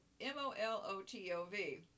M-O-L-O-T-O-V